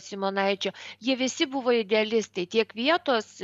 simanaičiu jie visi buvo idealistai tiek vietos